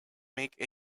make